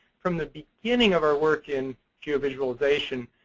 from the beginning of our work in geovisualization,